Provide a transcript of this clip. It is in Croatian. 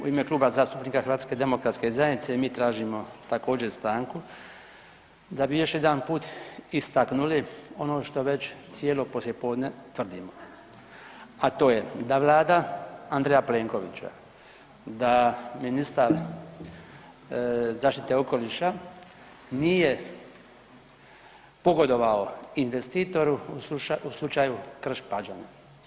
U ime Kluba zastupnika Hrvatske demokratske zajednice mi tražimo također stanku da bi još jedanput istaknuli ono što već cijelo poslijepodne tvrdimo, a to je da Vlada Andreja Plenkovića, da ministar zaštite okoliša nije pogodovao investitoru u slučaju Krš Pađane.